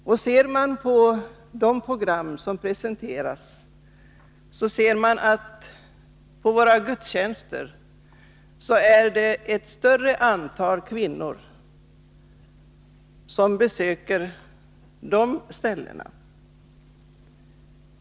Ser man på de program som presenteras finner man att i våra gudstjänster är det ett större antal kvinnor än män som deltar.